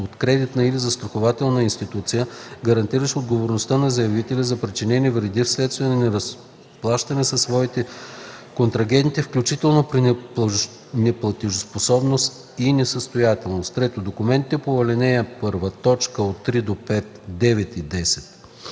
от кредитна или застрахователна институция, гарантиращ отговорността на заявителя за причинени вреди вследствие на неразплащане със своите контрагенти, включително при неплатежоспособност и несъстоятелност; 3. документите по ал. 1, т. 3-5, 9 и 10.